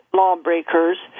lawbreakers